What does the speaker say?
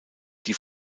die